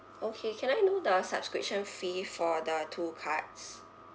okay can I know the subscription fee for the two cards